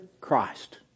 Christ